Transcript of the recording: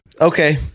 okay